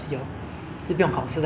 做一件有力就可以 pass liao